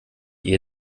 ihr